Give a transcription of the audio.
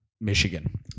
Michigan